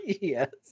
yes